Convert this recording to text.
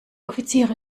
offiziere